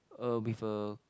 uh with a